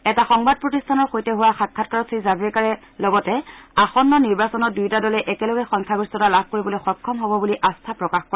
এটা সংবাদ প্ৰতিষ্ঠানৰ সৈতে হোৱা সাক্ষাৎকাৰত শ্ৰী জাভৰেকাৰে লগতে আসন্ন নিৰ্বাচনত দুয়োটা দলে একেলগে সংখ্যাগৰিষ্ঠতা লাভ কৰিবলৈ সক্ষম হ'ব বুলি আস্থা প্ৰকাশ কৰে